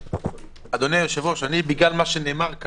אדוני היושב-ראש, אני מבקש לאור הדברים שנאמרו